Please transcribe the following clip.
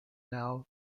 now